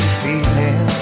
feeling